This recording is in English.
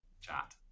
chat